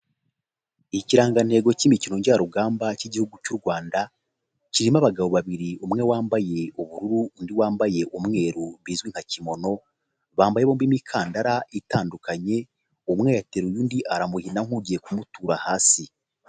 Ikirangantego cy'imikino njyarugamba cy'Igihugu cy'u Rwanda, kirimo abagabo babiri umwe wambaye ubururu, undi wambaye umweru bizwi nka kimono, bambaye bombi imikandara itandukanye umwe yateruye, undi aramuhina nk'ugiye kumutura hasi.